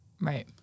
Right